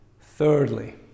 thirdly